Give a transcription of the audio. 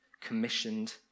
commissioned